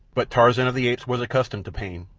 but tarzan of the apes was accustomed to pain,